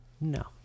No